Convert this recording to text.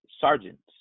sergeants